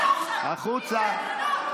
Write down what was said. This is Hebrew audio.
החוצה.